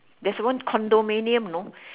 there's one condominium you know